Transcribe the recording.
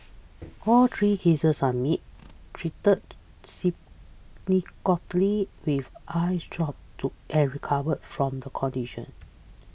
all three cases are meet treated symptomatically with eyes drops to and recovered from the condition